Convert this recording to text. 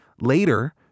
Later